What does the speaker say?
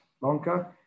longer